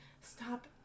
stop